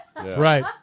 Right